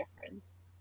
difference